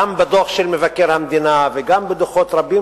גם בדוח של מבקר המדינה וגם בדוחות רבים,